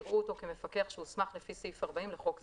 יראו אותו כמפקח שהוסמך לפי סעיף 40 לחוק זה.